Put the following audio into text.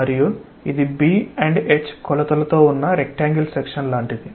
మరియు ఇది b మరియు h కొలతలతో ఉన్న రెక్టాంగిల్ సెక్షన్ లాంటిది